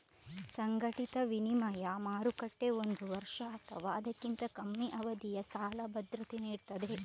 ಸಂಘಟಿತ ವಿನಿಮಯ ಮಾರುಕಟ್ಟೆ ಒಂದು ವರ್ಷ ಅಥವಾ ಅದಕ್ಕಿಂತ ಕಮ್ಮಿ ಅವಧಿಯ ಸಾಲ ಭದ್ರತೆ ನೀಡ್ತದೆ